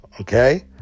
okay